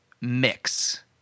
mix